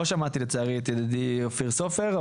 לצערי לא שמעתי את ידידי אופיר סופר,